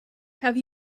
have